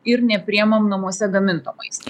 ir nepriimam namuose gaminto maisto